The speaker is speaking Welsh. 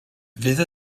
fydd